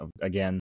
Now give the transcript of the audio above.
again